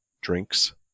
drinks